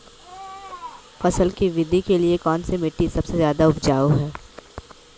फसल की वृद्धि के लिए कौनसी मिट्टी सबसे ज्यादा उपजाऊ है?